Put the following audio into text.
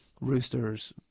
Roosters